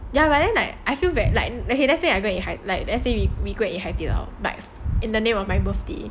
ya but then like I feel very like okay let's say I go and eat hai di lao like let's say we go and eat hai di lao but in the name of my birthday